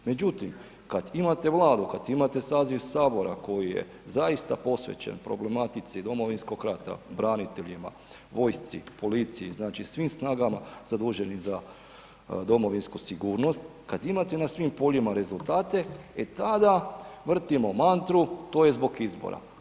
Međutim, kad imate Vladu, kad imate saziv sabora koji je zaista posvećen problematici Domovinskog rata, braniteljima, vojsci, policiji, znači svim snagama zaduženim za domovinsku sigurnost, kad imate na svim poljima rezultate, e tada vrtimo mantru to je zbog izbora.